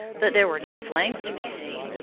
but there were no flames to be seen,